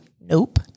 Nope